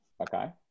okay